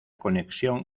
conexión